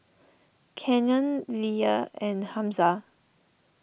Canyon Lea and Hamza